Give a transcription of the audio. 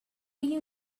you